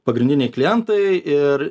pagrindiniai klientai ir